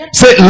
say